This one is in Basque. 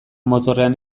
motorrean